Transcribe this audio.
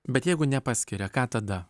bet jeigu nepaskiria ką tada